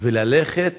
וללכת